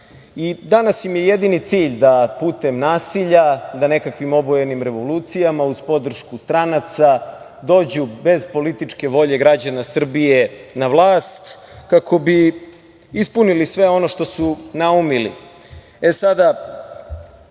naroda. Danas im je jedini cilj da putem nasilja, da nekakvim obojenim revolucijama uz podršku stranaca dođu bez političke volje građana Srbije na vlast, kako bi ispunili sve ono što su naumili. Jasno